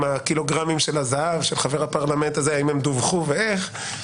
הקילוגרמים של הזהב של חבר הפרלמנט הזה דווחו ואיך.